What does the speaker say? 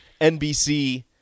NBC